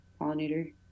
pollinator